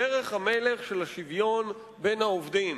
דרך המלך של השוויון בין העובדים,